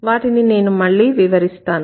వాటిని నేను మళ్ళీ వివరిస్తాను